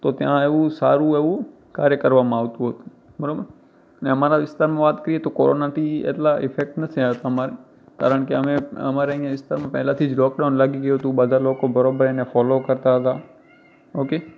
તો ત્યાં એવું સારું એવું કાર્ય કરવામાં આવતું હતું બરાબર ને અમારા વિસ્તારમાં વાત કરીએ તો કોરોનાથી એટલાં ઇફેક્ટ નથી આવ્યો અમારે કારણ કે અમે અમારે અહીંયા સ્થાનમાં પહેલાંથી જ લૉકડાઉન લાગી ગયું હતું બધા લોકો બરાબર એને ફૉલો કરતાં હતાં ઓકે